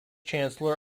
chancellor